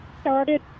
started